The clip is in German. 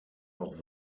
auch